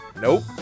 Nope